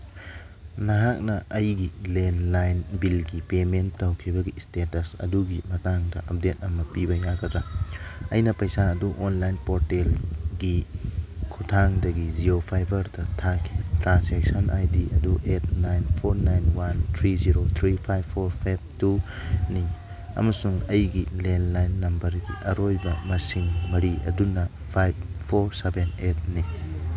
ꯅꯍꯥꯛꯅ ꯑꯩꯒꯤ ꯂꯦꯟꯂꯥꯏꯟ ꯕꯤꯜꯒꯤ ꯄꯦꯃꯦꯟ ꯇꯧꯈꯤꯕꯒꯤ ꯏꯁꯇꯦꯇꯁ ꯑꯗꯨꯒꯤ ꯃꯇꯥꯡꯗ ꯑꯞꯗꯦꯠ ꯑꯃ ꯄꯤꯕ ꯌꯥꯒꯗ꯭ꯔꯥ ꯑꯩꯅ ꯄꯩꯁꯥ ꯑꯗꯨ ꯑꯣꯟꯂꯥꯏꯟ ꯄꯣꯔꯇꯦꯜꯒꯤ ꯈꯨꯊꯥꯡꯗꯒꯤ ꯖꯤꯌꯣ ꯐꯥꯏꯕꯔꯗ ꯊꯥꯈꯤꯕ ꯇ꯭ꯔꯥꯟꯖꯦꯛꯁꯟ ꯑꯥꯏ ꯗꯤ ꯑꯗꯨ eight nine four nine one three zero three five four five ꯇꯨꯅꯤ ꯑꯃꯁꯨꯡ ꯑꯩꯒꯤ ꯂꯦꯟꯂꯥꯏꯟ ꯅꯝꯕꯔꯒꯤ ꯑꯔꯣꯏꯕ ꯃꯁꯤꯡ ꯃꯔꯤ ꯑꯗꯨꯅ ꯐꯥꯏꯚ ꯐꯣꯔ ꯁꯚꯦꯟ ꯑꯦꯠꯅꯤ